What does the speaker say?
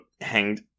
hanged